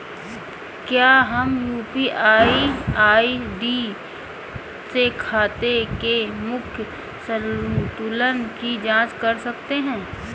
क्या हम UPI ID से खाते के मूख्य संतुलन की जाँच कर सकते हैं?